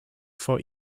for